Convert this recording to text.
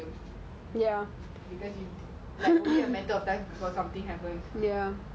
ideally I would say before things doesn't work out here you should leave for good